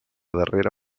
darrera